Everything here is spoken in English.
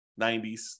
90s